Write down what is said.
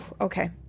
Okay